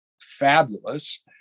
fabulous